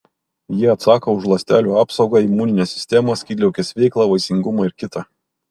jie atsako už ląstelių apsaugą imuninę sistemą skydliaukės veiklą vaisingumą ir kita